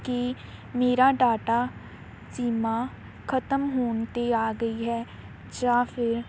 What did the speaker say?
ਕੀ ਮੇਰਾ ਡਾਟਾ ਸੀਮਾ ਖਤਮ ਹੋਣ 'ਤੇ ਆ ਗਈ ਹੈ ਜਾਂ ਫਿਰ